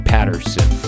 Patterson